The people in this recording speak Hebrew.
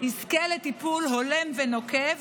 יזכה לטיפול הולם ונוקב,